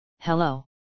Hello